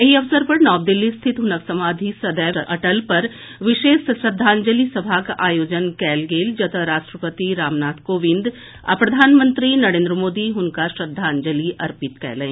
एहि अवसर पर नव दिल्ली स्थित हुनक समाधि सदैव अटल पर विशेष श्रद्धांजलि सभाक आयोजन कयल गेल जतय राष्ट्रपति रामनाथ कोविंद आ प्रधानमंत्री नरेन्द्र मोदी हुनका श्रद्धांजलि अर्पित कयलनि